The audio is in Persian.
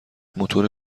موتور